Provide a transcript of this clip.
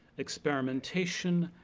experimentation,